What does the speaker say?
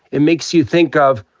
it makes you think of,